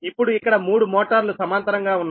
ఇప్పుడు ఇక్కడ మూడు మోటార్లు సమాంతరంగా ఉన్నాయి